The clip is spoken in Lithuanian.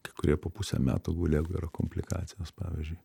kai kurie po pusę metų guli jeigu yra komplikacijos pavyzdžiui